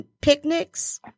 picnics